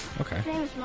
Okay